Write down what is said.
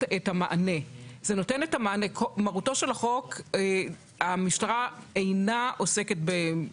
את מפריעה לי עכשיו.